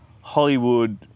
Hollywood